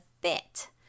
fit